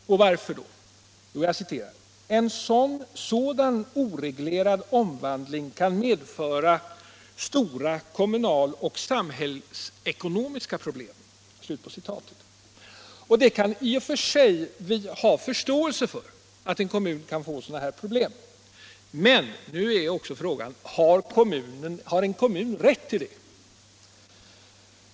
Motivet anges vara: ”En sådan oreglerad omvandling kan medföra stora kommunaloch samhällsekonomiska problem.” Vi kan i och för sig ha förståelse för att en kommun kan få sådana här problem. Men frågan är: Har en kommun rätt att handla som i detta fall?